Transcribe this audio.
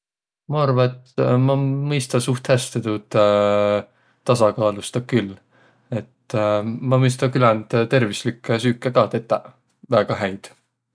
Ma arva, et ma mõista suht häste tuud tasakaalustaq küll. Et ma mõista küländ tervüslikke süüke ka tetäq väega häid.